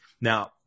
now